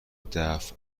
دفع